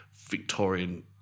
Victorian